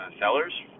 sellers